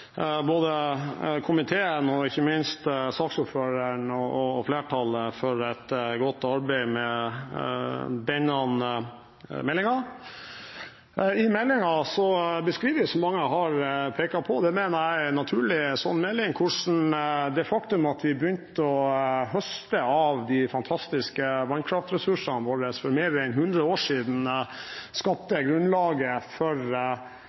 både komiteen og ikke minst saksordføreren og flertallet for et godt arbeid med denne meldingen. I meldingen beskrives, som mange har pekt på – og det mener jeg er naturlig i en slik melding – det faktum at vi begynte å høste av de fantastiske vannkraftressursene våre for mer enn 100 år siden og skapte grunnlaget for